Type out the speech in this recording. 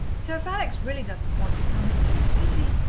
so if alex really doesn't want to come it seems a pity.